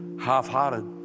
half-hearted